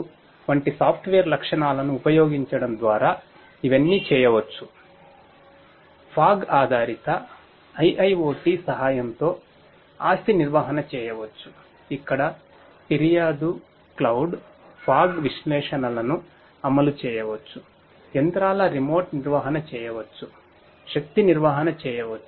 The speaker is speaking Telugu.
కాబట్టి ఫాగ్ లక్షణాలను ఉపయోగించడం ద్వారా ఇవన్నీ చేయవచ్చు